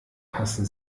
passen